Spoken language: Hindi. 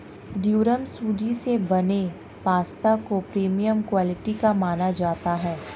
ड्यूरम सूजी से बने पास्ता को प्रीमियम क्वालिटी का माना जाता है